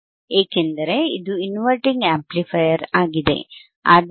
ಏಕೆಂದರೆ ಇದು inverting amplifier ಆಗಿದೆ